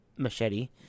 Machete